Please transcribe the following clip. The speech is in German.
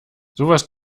sowas